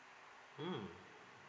mm